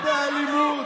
לא באלימות.